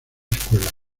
escuela